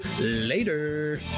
later